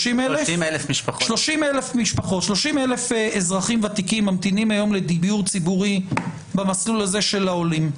30,000 אזרחים ותיקים ממתינים לדיור ציבורי במסלול של העולים.